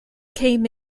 came